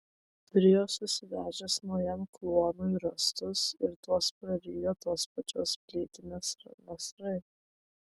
turėjo susivežęs naujam kluonui rąstus ir tuos prarijo tos pačios plytinės nasrai